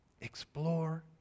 Explore